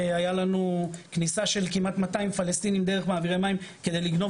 היה לנו כניסה של כמעט 200 פלסטינים דרך מעבירי מים כדי לגנוב